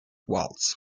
waltz